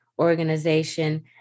organization